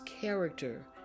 character